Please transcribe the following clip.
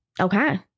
okay